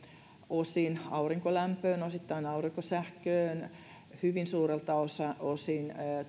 osin aurinkolämpöön osittain aurinkosähköön hyvin suurelta osin